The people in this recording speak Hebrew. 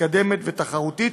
מתקדמת ותחרותית,